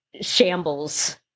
shambles